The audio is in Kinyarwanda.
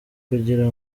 kugira